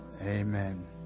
Amen